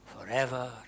forever